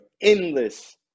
endless